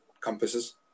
compasses